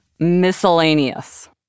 miscellaneous